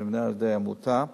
שנבנה על-ידי עמותה,